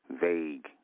vague